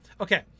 Okay